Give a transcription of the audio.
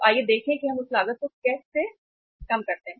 तो आइए देखें कि हम उस लागत को कैसे काम करते हैं